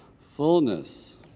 fullness